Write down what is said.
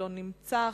לא נמצא,